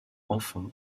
enfin